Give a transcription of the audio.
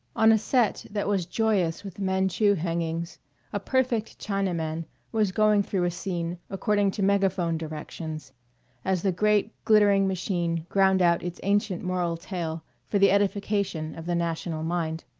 on a set that was joyous with manchu hangings a perfect chinaman was going through a scene according to megaphone directions as the great glittering machine ground out its ancient moral tale for the edification of the national mind.